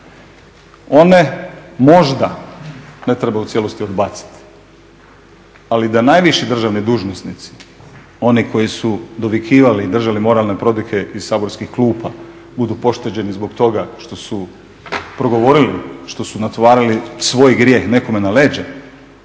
One možda ne treba u cijelosti odbaciti. Ali da najviši državni dužnosnici, oni koji su dovikivali i držali moralne prodike iz saborskih klupa budu pošteđeni zbog toga što su progovorili, što su natovarili svoj grijeh nekome na leđa,